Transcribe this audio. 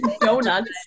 donuts